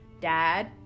dad